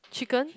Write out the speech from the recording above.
chicken